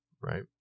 right